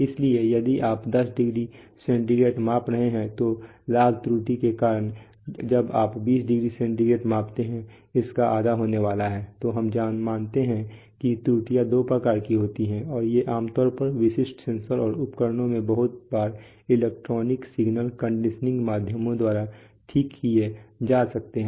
इसलिए यदि आप 10 डिग्री सेंटीग्रेड माप रहे हैं तो लाभ त्रुटि के कारण जब आप 20 डिग्री सेंटीग्रेड मापते हैं उसका आधा होने वाला है तो हम मानते हैं कि त्रुटियाँ दो प्रकार की होती हैं और ये आमतौर पर विशिष्ट सेंसर और उपकरणों में बहुत बार इलेक्ट्रॉनिक सिग्नल कंडीशनिंग माध्यमों द्वारा ठीक किए जा सकते हैं